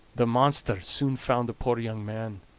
the monster soon found the poor young man,